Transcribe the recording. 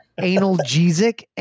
analgesic